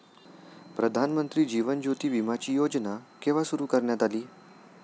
प्रधानमंत्री जीवन ज्योती विमाची योजना केव्हा सुरू करण्यात आली?